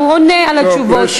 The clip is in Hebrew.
הוא עונה על השאלות.